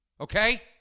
Okay